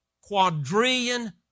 quadrillion